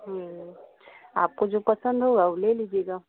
आपको जो पसंद होगा वह ले लीजिएगा